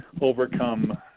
overcome